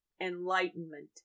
enlightenment